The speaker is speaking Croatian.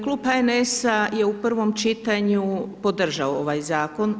Klub HNS-a je u prvom čitanju podržao ovaj zakon.